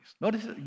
Notice